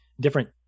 different